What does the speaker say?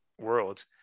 world